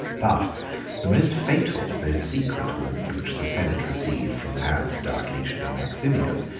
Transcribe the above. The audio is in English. but the most fatal though secret wound, which the senate received from the hands of diocletian and maximian,